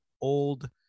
old